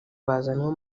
bazanwa